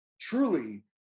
truly